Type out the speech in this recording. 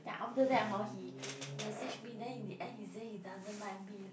then after that hor he messaged me then in the end he said he doesn't like me leh